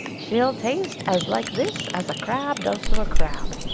she'll taste as like this as a crab does to a crab.